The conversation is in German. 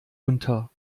unter